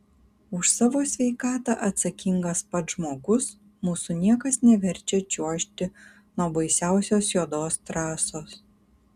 už savo sveikatą atsakingas pats žmogus mūsų niekas neverčia čiuožti nuo baisiausios juodos trasos